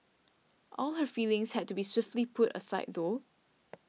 all her feelings had to be swiftly put aside though